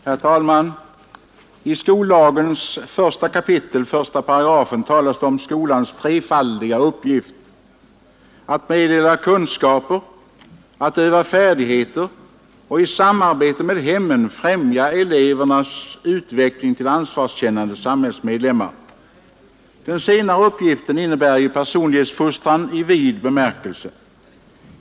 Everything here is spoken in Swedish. Herr talman! I skollagens 1 kap. 18 talas om skolans trefaldiga uppgift: att meddela kunskaper, att öva färdigheter och i samarbete med hemmet främja elevernas utveckling till ansvarskännande samhällsmedlemmar. Den senare uppgiften innebär ju personlighetsfostran i vid bemärkelse.